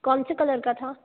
कौन से कलर का था